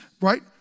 right